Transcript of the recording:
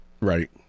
Right